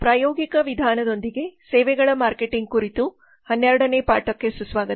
ಪ್ರಾಯೋಗಿಕ ವಿಧಾನದೊಂದಿಗೆ ಸೇವೆಗಳ ಮಾರ್ಕೆಟಿಂಗ್ ಕುರಿತು 12 ನೇ ಪಾಠಕ್ಕೆ ಸುಸ್ವಾಗತ